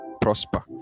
prosper